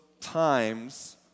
times